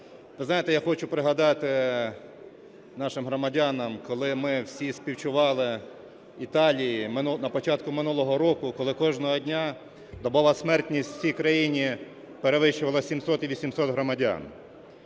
Ви знаєте, я хочу пригадати нашим громадянам, коли ми всі співчували Італії на початку минулого року, коли кожного дня добова смертність в цій країні перевищувала 700 і 800 громадян.